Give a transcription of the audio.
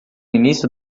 início